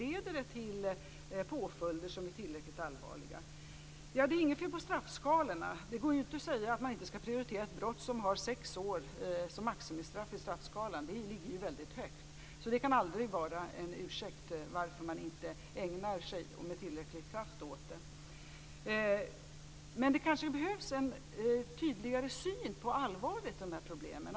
Leder det påföljder som är tillräckligt allvarliga? Ja, det är inget fel på straffskalorna. Det går ju inte att säga att man inte skall prioritera ett brott som har sex år som maximistraff i straffskalan. Det ligger ju väldigt högt. Det kan aldrig vara en ursäkt för varför man inte ägnar sig med tillräckligt kraft åt det. Men det behövs kanske en tydligare syn på allvaret i de här problemen.